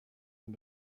and